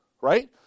right